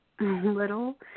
little